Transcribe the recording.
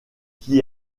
qui